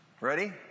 Ready